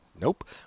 Nope